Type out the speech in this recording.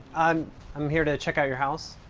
um i'm here to check out your house.